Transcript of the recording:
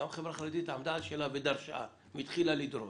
גם החברה החרדית עמדה על שלה והתחילה לדרוש,